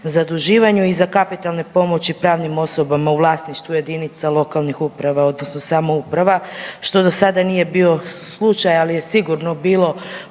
i za kapitalne pomoći pravnim osobama u vlasništvu jedinica lokalnih uprava odnosno samouprava što do sada nije bio slučaj, ali je sigurno bilo